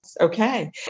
Okay